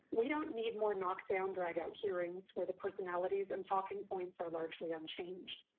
we don't need more knock down drag out hearings where the personalities and talking points are largely unchanged.